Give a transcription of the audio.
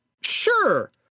Sure